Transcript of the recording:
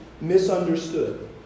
misunderstood